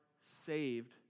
saved